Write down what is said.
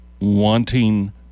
wanting